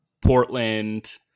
Portland